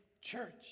church